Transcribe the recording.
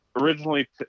originally